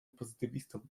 pozytywistą